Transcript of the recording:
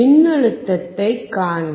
மின்னழுத்தத்தைக் காண்க